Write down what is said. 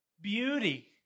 beauty